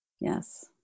Yes